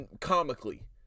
comically